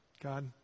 God